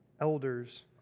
elders